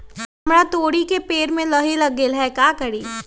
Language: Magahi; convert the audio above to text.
हमरा तोरी के पेड़ में लाही लग गेल है का करी?